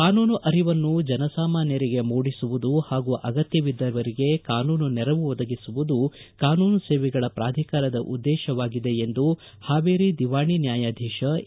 ಕಾನೂನು ಅರಿವನ್ನು ಜನಸಾಮಾನ್ಯರಿಗೆ ಮೂಡಿಸುವುದು ಪಾಗೂ ಅಗತ್ಯವಿದ್ದವರಿಗೆ ಕಾನೂನು ನೆರವು ಒದಗಿಸುವುದು ಕಾನೂನು ಸೇವೆಗಳ ಪ್ರಾಧಿಕಾರದ ಉದ್ದೇಶವಾಗಿದೆ ಎಂದು ಹಾವೇರಿ ದಿವಾಣಿ ನ್ಯಾಯಾಧೀಶ ಎ